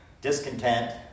Discontent